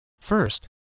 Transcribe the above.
First